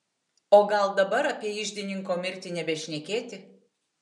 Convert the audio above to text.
o gal dabar apie iždininko mirtį nebešnekėti